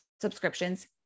subscriptions